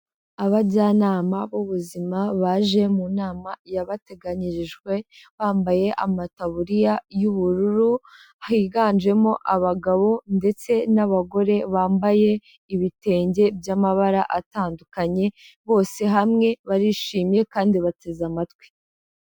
Abajyanama b'ubuzima baje mu nama yabateganyirijwe, bambaye amataburiya y'ubururu, higanjemo abagabo ndetse n'abagore bambaye ibitenge by'amabara atandukanye, bose hamwe barishimye kandi bateze amatwi.